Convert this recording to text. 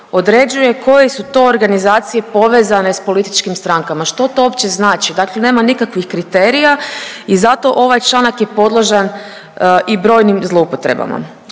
određuje koje su to organizacije povezane s političkim strankama, što to uopće znači. Dakle, nema nikakvih kriterija i zato ovaj članak je podložan i brojnim zloupotrebama.